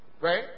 Right